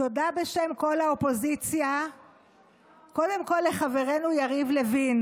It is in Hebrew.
תודה בשם כל האופוזיציה קודם כול לחברינו יריב לוין,